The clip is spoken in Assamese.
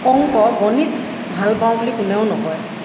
অংক গণিত ভাল পাওঁ বুলি কোনেও নকয়